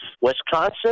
Wisconsin